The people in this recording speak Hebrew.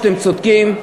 אתם צודקים,